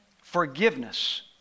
Forgiveness